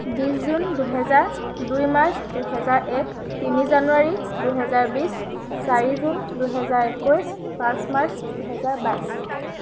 বিছ জুন দুহেজাৰ দুই মাৰ্চ দুহেজাৰ এক তিনি জানুৱাৰী দুহেজাৰ বিছ চাৰি জুন দুহেজাৰ একৈছ পাঁচ মাৰ্চ দুহেজাৰ বাইছ